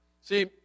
See